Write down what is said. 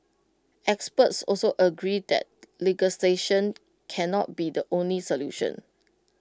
experts also agree that legislation cannot be the only solution